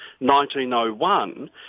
1901